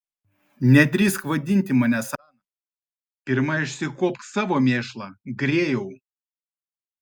nedrįsk vadinti manęs ana pirma išsikuopk savo mėšlą grėjau